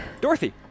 Dorothy